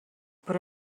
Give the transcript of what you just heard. però